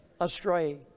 astray